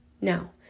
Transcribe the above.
now